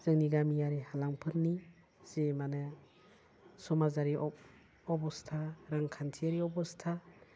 जोंनि गामियारि हालामफोरनि जि माने समासारि अब'स्था रांखान्थियारि अब'स्था